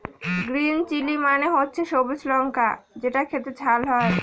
green chilli মানে হচ্ছে সবুজ লঙ্কা যেটা খেতে ঝাল হয়